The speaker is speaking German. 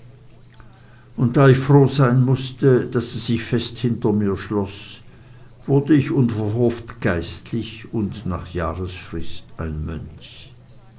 und da ich froh sein mußte daß sie sich fest hinter mir schloß wurde ich unverhofft geistlich und nach jahresfrist ein mönch